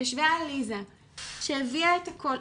ישבה עליזה שהביאה את הכל,